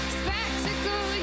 spectacle